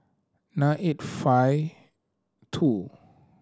nine eight five two